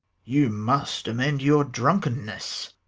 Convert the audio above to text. you must amend your drunkenness